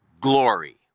glory